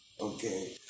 okay